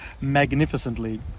magnificently